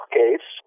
case